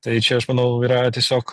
tai čia aš manau yra tiesiog